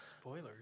Spoilers